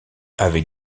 avait